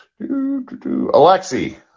Alexi